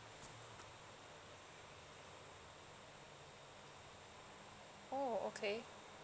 oh okay